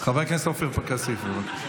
חבר הכנסת עופר כסיף, בבקשה.